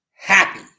Happy